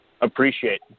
appreciate